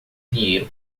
dinheiro